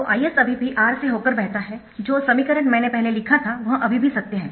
तो Is अभी भी R से होकर बहता है जो समीकरण मैंने पहले लिखा था वह अभी भी सत्य है